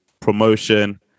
promotion